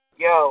yo